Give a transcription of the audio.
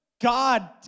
God